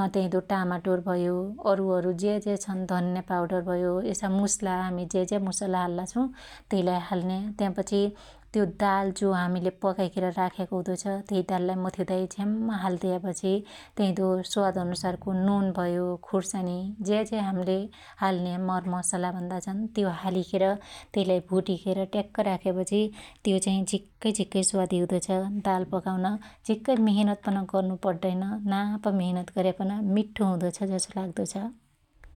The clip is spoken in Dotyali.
अत्यादो टामाटोर भयो, अरुअरु ज्या ज्या छन धन्या पाउडर भयो यसा मुसला हामि ज्या ज्या मुसला हाल्ला छु त्यइलाई हाल्न्या त्या पछि त्यो दाल जो हामिले पकाईखेर राख्याको हुदो छ त्यई दाललाई मुथिउदाई झ्याम्म हाल्दीयापछी त्याईदो स्वाद अनुसारको नुन भयो खुर्सानी ज्या ज्या हाम्ले हाल्न्या मर मसला भन्दा छन त्यो हालिखेर त्यइलाई भुटीखेर ट्याक्क राख्यापछि त्यो चाहि झिक्कै झिक्कै स्वादी हुदो छ । दाल पकाउन झिक्कै मिहेनेत पन गर्नु पड्डैन नाप मिहनत गर्यापन मिठ्ठो हुदो छ जसो लाग्दो छ ।